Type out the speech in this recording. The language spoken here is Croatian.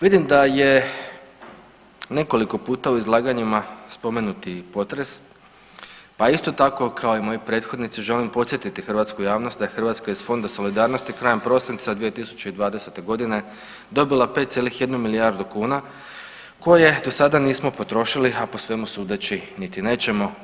Vidim da je nekoliko puta u izlaganjima spomenut i potres, pa isto tako kao i moji prethodnici želim podsjetiti hrvatsku javnost da je Hrvatska iz Fonda solidarnosti krajem prosinca 2020.g. dobila 5,1 milijardu kuna koje do sada nismo potrošili, a po svemu sudeći niti nećemo.